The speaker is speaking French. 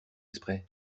exprès